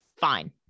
fine